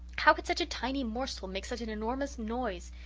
how could such a tiny morsel make such an enormous noise.